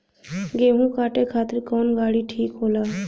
गेहूं काटे खातिर कौन गाड़ी ठीक होला?